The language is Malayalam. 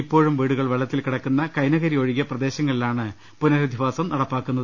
ഇപ്പോഴും വീടുക ൾ വെള്ളത്തിൽ കിടക്കുന്ന കൈനകരി ഒഴികെ പ്രദേശങ്ങളിലാണ് പുനരധിവാസം നടപ്പാക്കുന്നത്